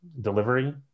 Delivery